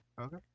Okay